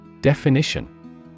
Definition